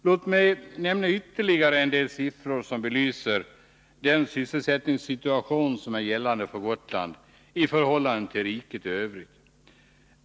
Låt mig nämna ytterligare en del siffror som belyser den sysselsättningssituation som är gällande för Gotland i förhållande till riket i övrigt.